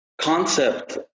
concept